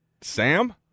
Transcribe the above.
Sam